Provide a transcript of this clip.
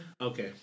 Okay